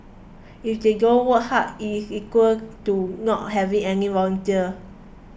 if they don't work hard it is equal to not having any volunteer